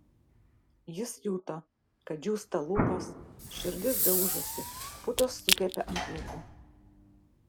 jis juto kad džiūsta lūpos širdis daužosi putos sukepė ant lūpų